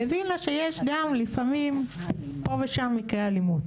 והבינה שיש פה ושם גם מקרי אלימות.